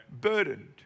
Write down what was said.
burdened